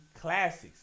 classics